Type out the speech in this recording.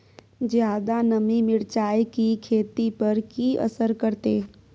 ज्यादा नमी मिर्चाय की खेती पर की असर करते?